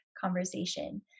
conversation